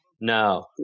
No